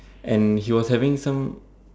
and he was having some